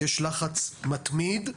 יש לחץ מתמיד.